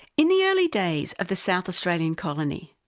in the early days of the south australian colony,